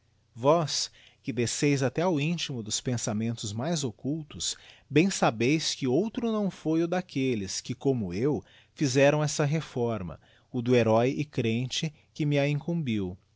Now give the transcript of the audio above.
vós que desceis até ao intimo dos pensamentos mais occultos bem sabeis digiti zedby google que outro não foi o d'aquelle que como eu fizeram essa reforma o do heróe e crente que m'a incumbiu